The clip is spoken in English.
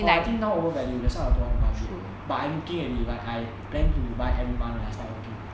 oh I think now over value that's why I don't want to buy yet but I looking at it like I plan to buy every month right as I working